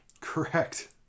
Correct